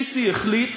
א-סיסי החליט